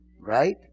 Right